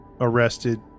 arrested